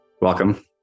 welcome